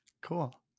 Cool